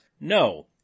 No